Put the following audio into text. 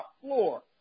floor